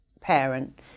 parent